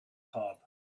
hop